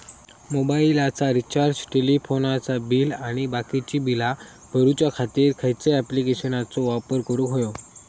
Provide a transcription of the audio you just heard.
मोबाईलाचा रिचार्ज टेलिफोनाचा बिल आणि बाकीची बिला भरूच्या खातीर खयच्या ॲप्लिकेशनाचो वापर करूक होयो?